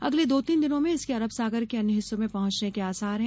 अगले दो तीन दिनों में इसके अरब सागर के अन्य हिस्सों में पहुंचने के आसार हैं